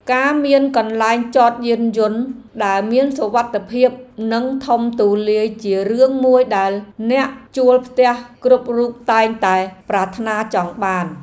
ការមានកន្លែងចតយានយន្តដែលមានសុវត្ថិភាពនិងធំទូលាយជារឿងមួយដែលអ្នកជួលផ្ទះគ្រប់រូបតែងតែប្រាថ្នាចង់បាន។